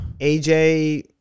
AJ